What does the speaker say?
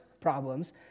problems